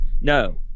No